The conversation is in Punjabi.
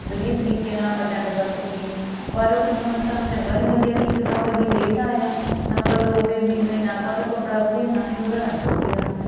ਵਧੀਆ ਤਰੀਕੇ ਨਾਲ ਅਟੈਂਡ ਕਰ ਸਕੀਏ ਪਰ ਹੁਣ ਸਾਨੂੰ ਚੰਗਾ ਨਹੀਂ ਲੱਗਿਆ ਵੀ ਇੱਕ ਤਾਂ ਉਹ ਇੰਨੀ ਲੇਟ ਆਇਆ ਨੰਬਰ ਦੋ 'ਤੇ ਵੀ ਜਿਵੇਂ ਨਾ ਤਾਂ ਉਹਦਾ ਕੱਪੜਾ ਵਧੀਆ ਨਾ ਹੀ ਉਹਦਾ ਰੰਗ ਵਧੀਆ